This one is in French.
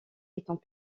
étant